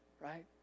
Right